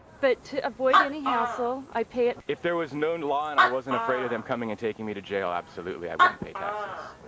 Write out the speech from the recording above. but to avoid any hassle i pay it. if there was known law, and i wasn't afraid of them coming and taking me to jail, absolutely i wouldn't pay taxes.